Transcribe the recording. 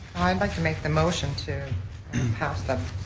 i'd like to make the motion to pass the,